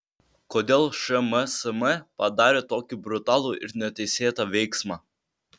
kodėl šmsm padarė tokį brutalų ir neteisėtą veiksmą